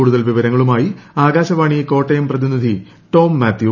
കൂടുതൽ വിവരങ്ങളുമായി ആകാശവാണി കോട്ടയം പ്രതിനിധി ടോം മാത്യു